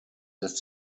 lässt